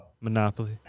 Monopoly